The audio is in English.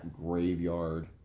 graveyard